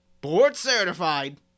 board-certified